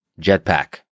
jetpack